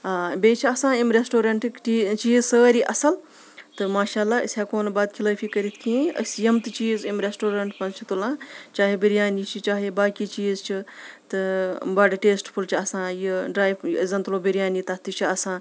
بیٚیہِ چھِ آسان اَمہِ ریسٹورَنٛٹٕکۍ ٹی چیٖز سٲری اَصٕل تہٕ ماشاء اللہ أسۍ ہٮ۪کو نہٕ بَدخِلٲفی کٔرِتھ کینٛہہ أسۍ یِم تہِ چیٖز امہِ ریسٹورنٛٹ منٛز چھِ تُلان چاہے بِریانی چھِ چاہے باقی چیٖز چھِ تہٕ بَڑٕ ٹیسٹہٕ فُل اَسان یہِ ڈرٛاے أسۍ زَن تُلو بِریانی تَتھ تہِ چھِ آسان